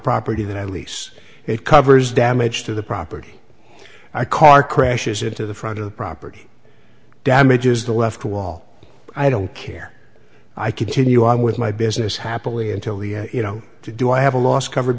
property that i lease it covers damage to the property our car crashes into the front or property damages the left wall i don't care if i continue on with my business happily until the end you know to do i have a loss covered